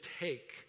take